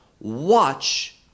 watch